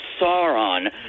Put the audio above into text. Sauron